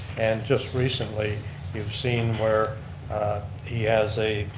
and just recently you've seen where he has a